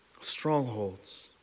Strongholds